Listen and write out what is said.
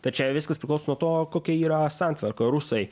tad čia viskas priklauso nuo to kokia yra santvarka rusai